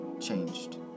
changed